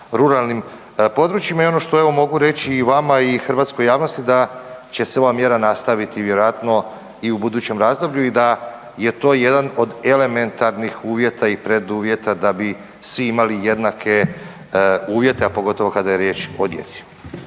ruralnim područjima. I ono što evo mogu reći i vama i hrvatskoj javnosti da će se ova mjera nastaviti vjerojatno i u budućem razdoblju i da je to jedan od elementarnih uvjeta i preduvjeta da bi svi imali jednake uvjete, a pogotovo kada je riječ o djeci.